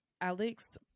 Alex